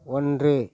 ஒன்று